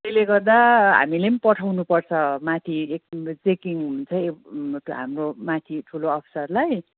त्यसले गर्दा हामीले पनि पठाउनुपर्छ माथि एक चेकिङ हुन्छ एक हाम्रो माथि ठुलो अफसरलाई